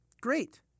Great